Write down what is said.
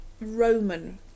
Roman